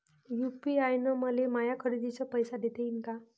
UPI न मले माया खरेदीचे पैसे देता येईन का?